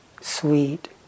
sweet